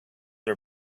are